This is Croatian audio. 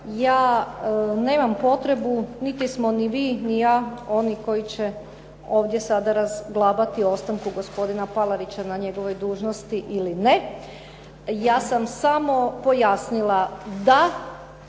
ja nemam potrebu niti smo ni vi ni ja oni koji će ovdje sada razglabati o ostanku gospodina Palarića na njegovoj dužnosti ili ne. Ja sam samo pojasnila da